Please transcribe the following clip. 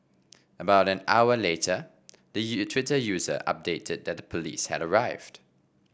about an hour later the Twitter user updated that police had arrived